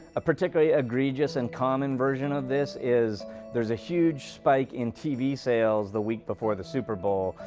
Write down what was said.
a particularly egregious and common version of this is there's a huge spike in tv sales the week before the super bowl,